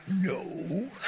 no